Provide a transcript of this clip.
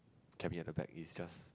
can be at the back it just